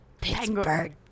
Pittsburgh